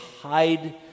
hide